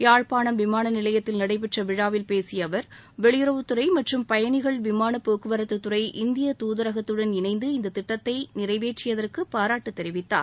யாழ்ப்பாணம் விமான நிலையத்தில் நடைபெற்ற விழாவில் பேசிய அவர் வெளியுறவுத்துறை மற்றும் பயணிகள் விமானப்போக்குவரத்து துறை இந்திய துதரகத்துடன் இணைந்து இந்த திட்டத்தை நிறைவேற்றியதற்கு பாராட்டு தெரிவித்தார்